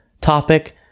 topic